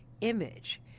image